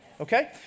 Okay